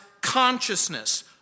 consciousness